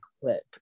clip